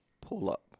pull-up